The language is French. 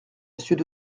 monsieur